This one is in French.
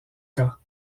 cas